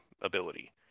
ability